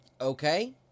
okay